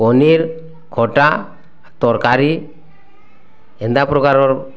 ପନିର୍ ଖଟା ତରକାରୀ ହେନ୍ତା ପ୍ରକାରର